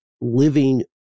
living